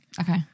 Okay